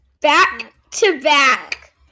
back-to-back